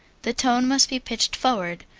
the tone must be pitched forward,